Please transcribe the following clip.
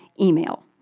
email